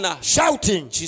shouting